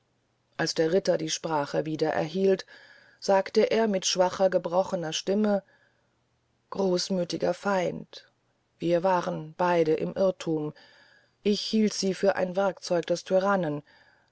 als der ritter die sprache wieder erhielt sagte er mit schwacher gebrochner stimme großmüthiger feind wir waren beide im irrthum ich hielt sie für ein werkzeug des tyrannen